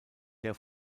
der